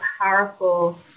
powerful